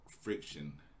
friction